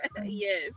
Yes